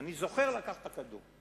אני זוכר לקחת את הכדור.